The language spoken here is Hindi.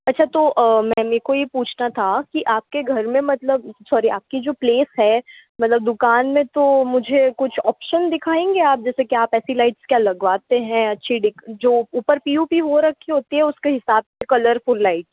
अच्छा तो मैं मेरे को ये पूछना था की आपके घर में मतलब सॉरी आपकी जो प्लेस है मतलब दूकान में तो मुझे कुछ ऑप्शन दिखायेंगे आप जैसे की आप ऐसी लाइट्स क्या लगवाते हैं अच्छी जो ऊपर पी ओ पी हो रखी होती है उसके हिसाब से कलरफुल लाइट्स